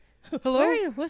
Hello